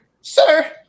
sir